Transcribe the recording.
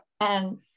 And-